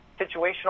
situational